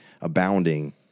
abounding